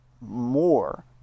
more